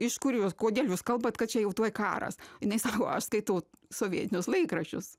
iš kur jūs kodėl jūs kalbat kad čia jau tuoj karas jinai sako aš skaitau sovietinius laikraščius